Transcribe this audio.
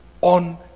on